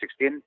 2016